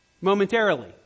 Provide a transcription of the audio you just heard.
Momentarily